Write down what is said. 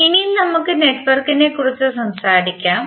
ഇനി നമുക്ക് നെറ്റ്വർക്കിനെക്കുറിച്ച് സംസാരിക്കാം